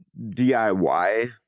DIY